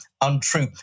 untrue